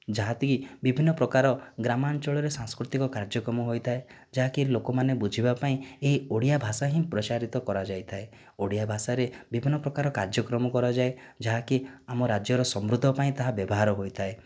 ଯାହାକି ବିଭିନ୍ନ ପ୍ରକାର ଗ୍ରାମାଞ୍ଚଳରେ ସାଂସ୍କୃତିକ କାର୍ଯ୍ୟକ୍ରମ ହୋଇଥାଏ ଯାହାକି ଲୋକମାନେ ବୁଝିବା ପାଇଁ ଏହି ଓଡ଼ିଆ ଭାଷା ହିଁ ପ୍ରସାରିତ କରାଯାଇଥାଏ ଓଡ଼ିଆ ଭାଷାରେ ବିଭିନ୍ନ ପ୍ରକାର କାର୍ଯ୍ୟକ୍ରମ କରାଯାଏ ଯାହାକି ଆମ ରାଜ୍ୟର ସମୃଦ୍ଧ ପାଇଁ ତାହା ବ୍ୟବହାର ହୋଇଥାଏ